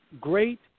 Great